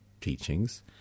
teachings